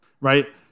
Right